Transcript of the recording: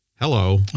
Hello